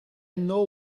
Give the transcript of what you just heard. know